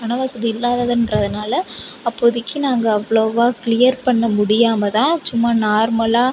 பணம் வசதி இல்லாததுன்றதுனால அப்போதிக்கு நாங்கள் அவ்வளோவா க்ளீயர் பண்ண முடியாமல் தான் சும்மா நார்மலாக